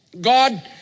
God